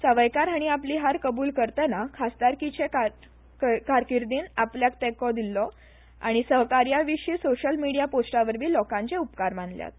सावयकार हाणी आपली हार कबूल करतना खासदारकीचे कारकिर्दीन आपल्याक दिछ्छो तेको आनी सहकार्याविशी सोशियल मीडिया पोस्टावरवी लोकांचे उपकार मानल्यात